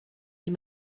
you